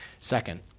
Second